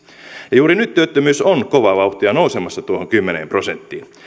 ja juuri nyt työttömyys on kovaa vauhtia nousemassa tuohon kymmeneen prosenttiin